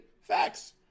Facts